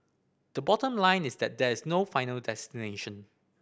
the bottom line is that there is no final destination